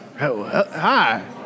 hi